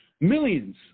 millions